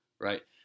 Right